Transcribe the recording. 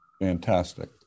Fantastic